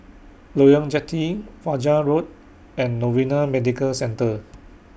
Loyang Jetty Fajar Road and Novena Medical Centre